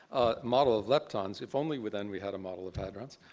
model of leptons. if only with then we had a model of hadrons